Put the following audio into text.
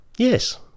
Yes